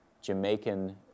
Jamaican